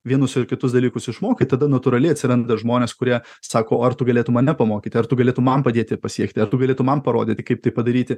vienus ar kitus dalykus išmokai tada natūraliai atsiranda žmonės kurie sako ar tu galėtum mane pamokyti ar tu galėtum man padėti pasiekti tu galėtum man parodyti kaip tai padaryti